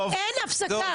אין הפסקה.